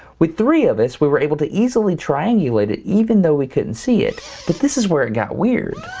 with three of us, we were able to easily triangulate it even though we couldn't see it, but this is where it got weird.